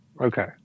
Okay